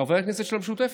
חברי הכנסת של המשותפת.